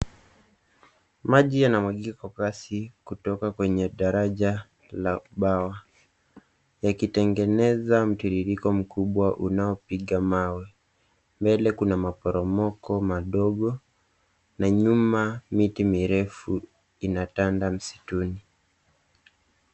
Maji yanamwagika kwa kasi kutoka kwenye daraja la bawa, yakitengeneza mtiririko mkubwa unaopiga mawe. Mbele kuna maporomoko madogo, na nyuma miti mirefu inatanda msituni.